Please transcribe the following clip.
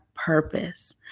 purpose